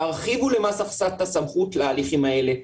תרחיבו למס הכנסה את הסמכות להליכים האלה,